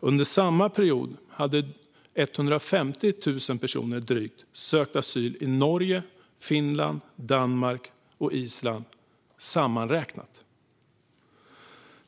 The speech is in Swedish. Under samma period var det drygt 150 000 personer som sökte asyl i Norge, Finland, Danmark och Island sammanräknat.